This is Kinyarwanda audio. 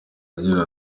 agira